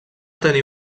tenir